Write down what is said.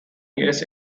years